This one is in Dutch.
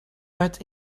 uit